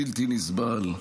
בלתי נסבל,